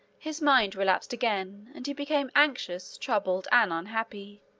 his mind relapsed again, and he became anxious, troubled, and unhappy.